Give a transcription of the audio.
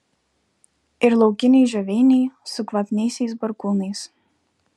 ir laukiniai žioveiniai su kvapniaisiais barkūnais